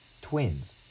Twins